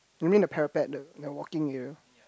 you mean the parapet the that walking area